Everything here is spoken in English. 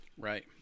right